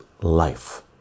life